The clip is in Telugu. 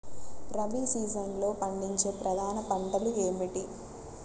రబీ సీజన్లో పండించే ప్రధాన పంటలు ఏమిటీ?